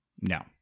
No